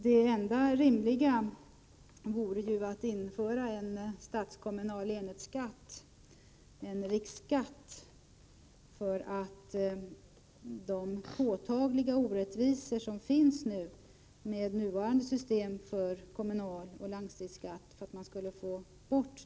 Det enda rimliga vore att införa en statskommunal enhetsskatt, en riksskatt, för att få bort de påtagliga orättvisor som finns med nuvarande system med kommunaloch landstingsskatt.